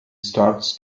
starts